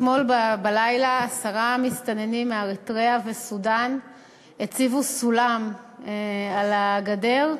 אתמול בלילה עשרה מסתננים מאריתריאה וסודאן הציבו סולם על הגדר,